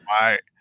Right